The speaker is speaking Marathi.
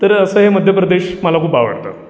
तर असं हे मध्य प्रदेश मला खूप आवडतं